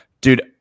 Dude